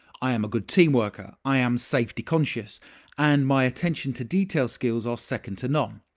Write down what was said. i am a good team worker, i am safety conscientious and my attention to detail skills are second to none.